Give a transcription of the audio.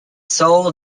seoul